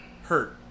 hurt